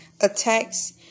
attacks